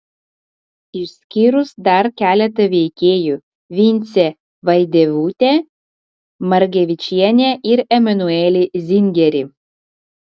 išskyrus dar keletą veikėjų vincę vaidevutę margevičienę ir emanuelį zingerį